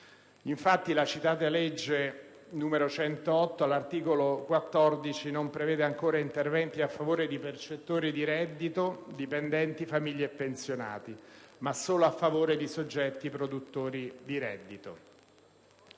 Infatti la citata legge n. 108, all'articolo 14, non prevede ancora interventi a favore di percettori di reddito, dipendenti, famiglie e pensionati, ma solo a favore di soggetti produttori di reddito.